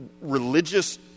religious